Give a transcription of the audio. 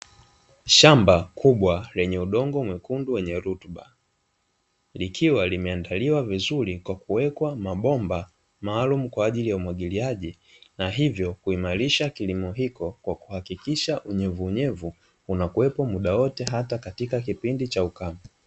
Shamba kubwa lenye udongo mwekundu wenye rutuba, likiwa limeandaliwa vizuri kwa kuwekwa mabomba maalumu kwa ajili ya umwagiliaji, na hivyo kuimarisha kilimo hicho kwa kuhakikisha unyevunyevu unakuwepo muda wote hata katika kipindi cha ukame.